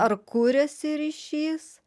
ar kuriasi ryšys